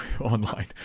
online